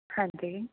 ਹਾਂਜੀ